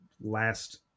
last